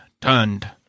turned